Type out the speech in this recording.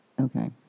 okay